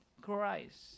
Christ